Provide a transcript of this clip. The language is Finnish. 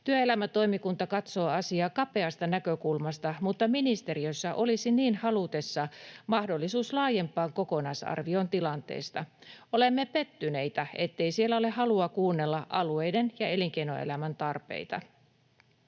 Työelämätoimikunta katsoo asiaa kapeasta näkökulmasta, mutta ministeriössä olisi niin haluttaessa mahdollisuus laajempaan kokonaisarvioon tilanteesta. Olemme pettyneitä, ettei siellä ole halua kuunnella alueiden ja elinkeinoelämän tarpeita.